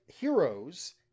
heroes